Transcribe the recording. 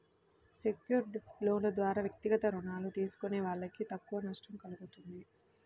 secured లోన్ల ద్వారా వ్యక్తిగత రుణాలు తీసుకునే వాళ్ళకు తక్కువ నష్టం కల్గుతుంది